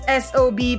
SOB